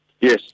Yes